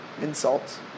insult